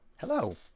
Hello